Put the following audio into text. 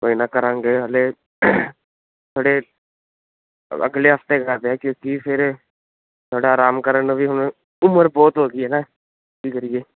ਕੋਈ ਨਾ ਕਰਾਂਗੇ ਹਲੇ ਥੋੜੇ ਅਗਲੇ ਹਫ਼ਤੇ ਕਰਦੇ ਆਂ ਕਿਉਂਕੀ ਫੇਰ ਥੋੜਾ ਅਰਾਮ ਕਰਨ ਨੂੰ ਵੀ ਹੁਣ ਉਮਰ ਬਹੁਤ ਹੋਗੀ ਐ ਨਾ ਕੀ ਕਰੀਏ